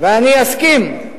אני אסכים,